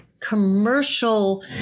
commercial